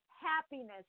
happiness